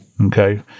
okay